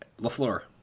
LaFleur